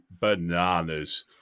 bananas